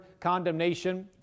condemnation